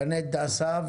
גנט דסה,